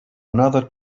another